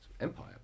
Empire